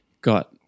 got